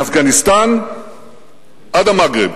מאפגניסטן עד המגרב,